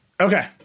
Okay